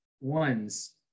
ones